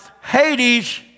Hades